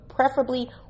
Preferably